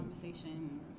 conversation